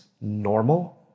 normal